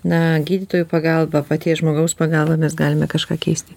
na gydytojų pagalba paties žmogaus pagalba mes galime kažką keisti